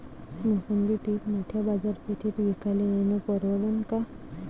मोसंबी पीक मोठ्या बाजारपेठेत विकाले नेनं परवडन का?